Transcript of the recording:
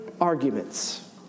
arguments